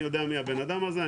אני יודע מי הבן אדם הזה,